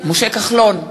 משה כחלון,